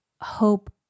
hope